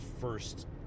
first